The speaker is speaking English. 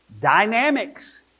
Dynamics